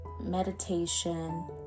meditation